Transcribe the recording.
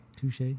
Touche